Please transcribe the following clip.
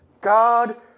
God